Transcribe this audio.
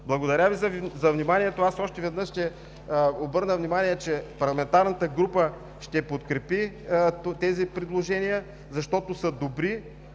заплати и така нататък. Още веднъж ще обърна внимание, че парламентарната група ще подкрепи тези предложения, защото са добри,